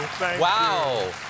Wow